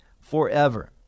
forever